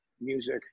music